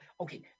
okay